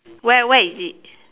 where where is it